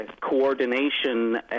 coordination